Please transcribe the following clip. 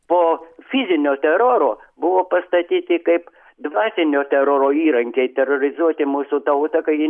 po fizinio teroro buvo pastatyti kaip dvasinio teroro įrankiai terorizuoti mūsų tautą kad ji